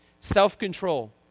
Self-control